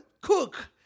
cook